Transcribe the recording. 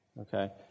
Okay